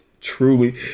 truly